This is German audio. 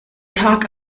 tag